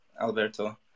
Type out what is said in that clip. Alberto